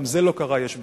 גם זה לא קרה יש מאין.